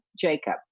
Jacob